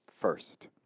first